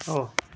হ'ব